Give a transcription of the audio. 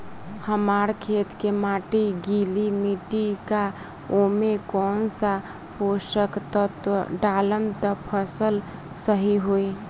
हमार खेत के माटी गीली मिट्टी बा ओमे कौन सा पोशक तत्व डालम त फसल सही होई?